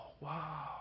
wow